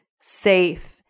safe